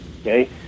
okay